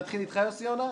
נתחיל איתך, יוסי יונה?